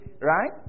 Right